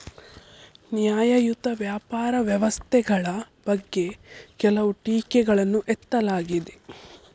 ನ್ಯಾಯಯುತ ವ್ಯಾಪಾರ ವ್ಯವಸ್ಥೆಗಳ ಬಗ್ಗೆ ಕೆಲವು ಟೀಕೆಗಳನ್ನು ಎತ್ತಲಾಗಿದೆ